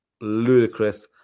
ludicrous